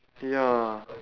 ya